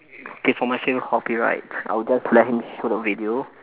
okay for my favourite hobby right I would just let him show the video